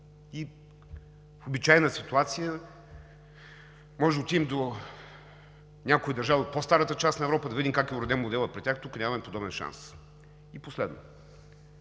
И в обичайна ситуация можем да отидем до някоя държава от по-старата част на Европа да видим как е уреден моделът при тях, тук нямаме подобен шанс. Последно,